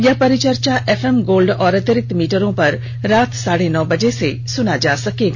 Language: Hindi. यह परिचर्चा एफएम गोल्ड और अतिरिक्त मीटरों पर रात साढ़े नौ बजे से सुनी जा सकती है